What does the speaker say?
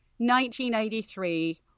1983